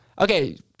Okay